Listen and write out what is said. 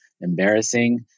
embarrassing